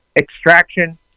extraction